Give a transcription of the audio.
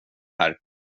här